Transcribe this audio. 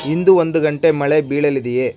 ಇಂದು ಒಂದು ಗಂಟೆ ಮಳೆ ಬೀಳಲಿದೆಯೇ